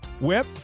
Whip